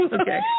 Okay